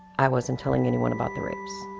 i wasn't telling anyone about the rapes.